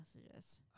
messages